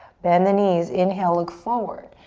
bend the knees, inhale, look forward.